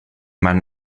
meinen